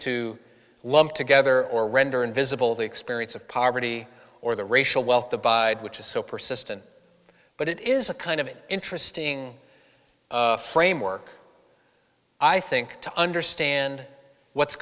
to lump together or render invisible the experience of poverty or the racial wealth abide which is so persistent but it is a kind of interesting framework i think to understand what's